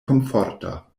komforta